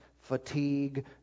fatigue